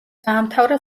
დაამთავრა